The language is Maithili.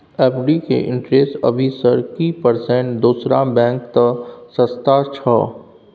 एफ.डी के इंटेरेस्ट अभी सर की परसेंट दूसरा बैंक त सस्ता छः?